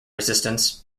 resistance